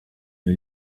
new